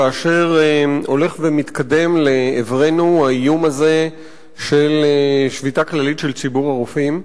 כאשר הולך ומתקדם לעברנו האיום הזה של שביתה כללית של ציבור הרופאים,